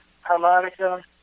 harmonica